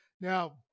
Now